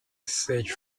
search